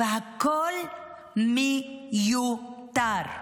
והכול מיותר,